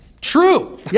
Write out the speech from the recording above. True